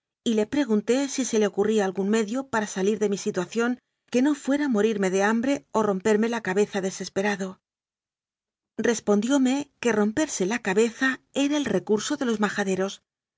y le pregunté si se le ocurría algún medio para salir de mi situación que no fuera morirme de hambre o romperme la cabeza desesperado respondióme que romperse la cabeza era el recurso de los ma